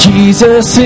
Jesus